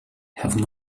have